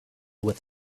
with